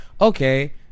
okay